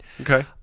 Okay